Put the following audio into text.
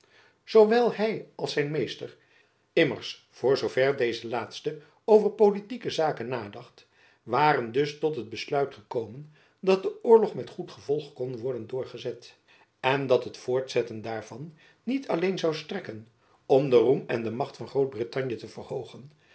hy als zijn meester immers voor zoo ver deze laatste over politieke zaken nadacht waren dus tot het besluit gekomen dat de oorlog met goed gevolg kon worden doorgezet en dat het voortzetten daarvan niet alleen zoû strekken om den roem en de macht van groot-brittanje te verhoogen